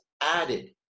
added